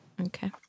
Okay